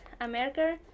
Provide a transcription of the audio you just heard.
america